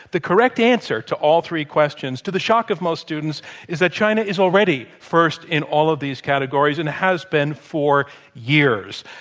the correct answer to all three questions to the shock of most students is that china is already first in all of these categories and has been for years.